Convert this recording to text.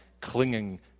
clinging